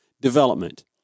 development